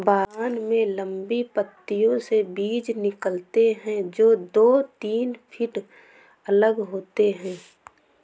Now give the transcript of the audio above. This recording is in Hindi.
बागान में लंबी पंक्तियों से बीज निकालते है, जो दो तीन फीट अलग होते हैं